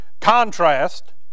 contrast